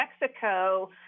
Mexico